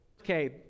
okay